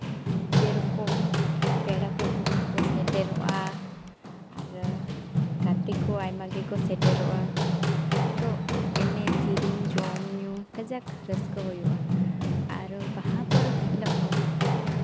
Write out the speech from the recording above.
ᱡᱮᱨᱚᱠᱚᱢ ᱯᱮᱲᱟ ᱯᱨᱚᱵᱷᱩ ᱠᱚᱠᱚ ᱥᱮᱴᱮᱨᱚᱜᱼᱟ ᱟᱨ ᱜᱟᱛᱮ ᱠᱚ ᱟᱭᱢᱟ ᱜᱮᱠᱚ ᱥᱮᱴᱮᱨᱚᱜᱼᱟ ᱛᱳ ᱮᱱᱮᱡ ᱥᱮᱨᱮᱧ ᱡᱚᱢᱼᱧᱩ ᱠᱟᱡᱟᱠ ᱨᱟᱹᱥᱠᱟᱹ ᱦᱩᱭᱩᱜᱼᱟ ᱟᱨᱚ ᱵᱟᱦᱟ ᱯᱚᱨᱚᱵᱽ ᱦᱤᱞᱳᱜ ᱦᱚᱸ